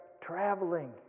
traveling